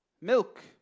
milk